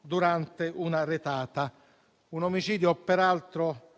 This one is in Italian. durante una retata: un omicidio, peraltro,